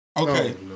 Okay